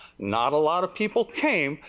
not a lot of people came,